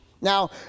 Now